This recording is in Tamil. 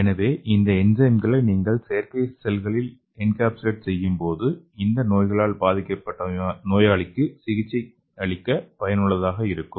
எனவே இந்த என்சைம்களை நீங்கள் செயற்கை செல்களில் என்கேப்சுலேட் செய்யும்போது இந்த நோய்களால் பாதிக்கப்பட்ட நோயாளிகளுக்கு சிகிச்சையளிக்க பயனுள்ளதாக இருக்கும்